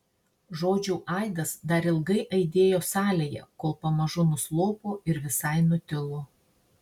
žodžių aidas dar ilgai aidėjo salėje kol pamažu nuslopo ir visai nutilo